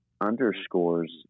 Underscores